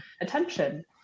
attention